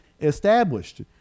established